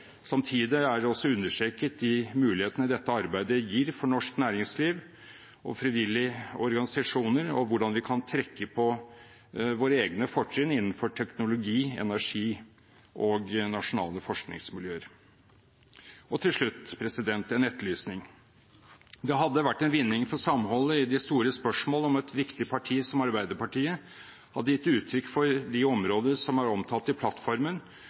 Samtidig er det også understreket de mulighetene dette arbeidet gir for norsk næringsliv og frivillige organisasjoner, og hvordan vi kan trekke på våre egne fortrinn innenfor teknologi, energi og nasjonale forskningsmiljøer. Til slutt en etterlysning: Det hadde vært en vinning for samholdet i de store spørsmål om et viktig parti som Arbeiderpartiet hadde gitt uttrykk for sin mening om de områder som er omtalt i plattformen,